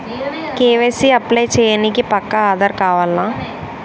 KYC apply చేయనీకి పక్కా ఆధార్ కావాల్నా?